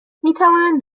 میتوانند